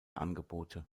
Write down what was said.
angebote